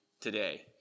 today